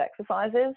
exercises